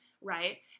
right